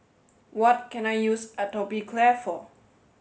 what can I use Atopiclair for